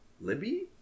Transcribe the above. Libby